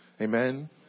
Amen